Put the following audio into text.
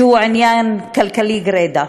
עניין כלכלי גרידא.